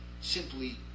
simply